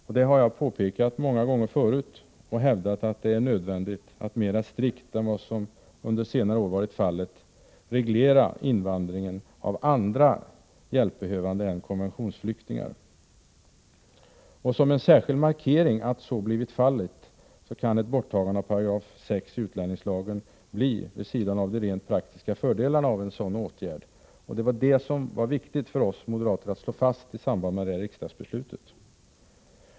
Jag har många gånger tidigare påpekat detta och hävdat att det är nödvändigt att mera strikt än vad som under senare år har varit fallet reglera invandringen när det gäller andra hjälpbehövande än konventionsflyktingar. Som en särskild markering av att så har blivit fallet kan ett borttagande av 6 § utlänningslagen bli aktuellt, också oavsett de praktiska fördelarna av en sådan åtgärd. Det var viktigt för oss moderater att slå fast detta i samband med det fattade riksdagsbeslutet.